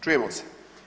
Čujemo se?